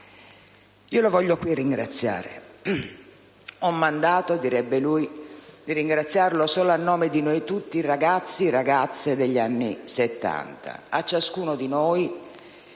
Io lo voglio qui ringraziare. Ho mandato - direbbe lui - di ringraziarlo solo a nome di noi tutti ragazzi e ragazze degli anni